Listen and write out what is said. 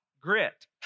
grit